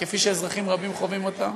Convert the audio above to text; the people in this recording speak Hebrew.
כפי שאזרחים רבים חווים אותה.